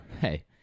Hey